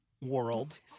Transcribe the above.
world